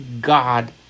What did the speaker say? God